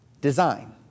design